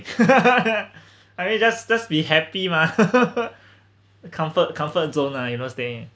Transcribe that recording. I mean just just be happy mah the comfort comfort zone ah you know staying